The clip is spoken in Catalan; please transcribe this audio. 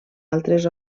altres